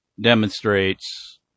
demonstrates